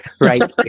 right